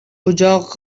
اجاق